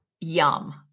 Yum